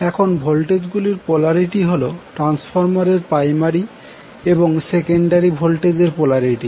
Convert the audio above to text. এখন ভোল্টেজ গুলির পোলারিটি হল ট্রান্সফরমার এর প্রাইমারি এবং সেকেন্ডারি ভোল্টেজের পোলারিটি